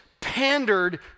pandered